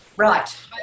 Right